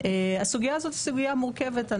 הסוגיה הזאת היא סוגיה מורכבת.